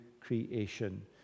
creation